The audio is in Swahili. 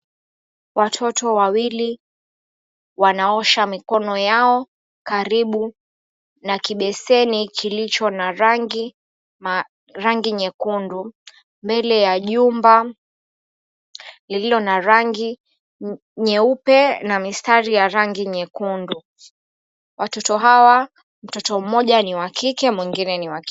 Watoto wawili wanaosha mikono yao karibu na kibeseni kilicho na rangi nyekundu mbele ya jumba lililo na rangi nyeupe na mistari ya rangi nyekundu, watoto hawa mtoto mmoja ni wa kike na mwingine ni wa kiume.